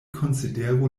konsideru